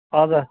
हजुर